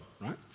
right